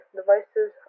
devices